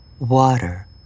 water